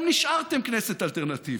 גם נשארתם כנסת אלטרנטיבית.